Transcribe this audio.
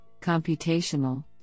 Computational